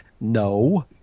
No